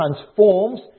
transforms